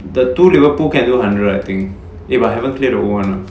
the two Liverpool can do hundred I think if I haven't cleared the old [one] lah